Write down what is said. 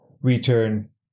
return